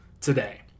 today